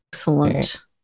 Excellent